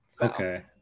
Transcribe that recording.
okay